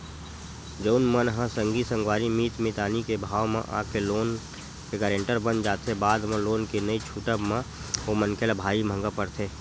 जउन मन ह संगी संगवारी मीत मितानी के भाव म आके लोन के गारेंटर बन जाथे बाद म लोन के नइ छूटब म ओ मनखे ल भारी महंगा पड़थे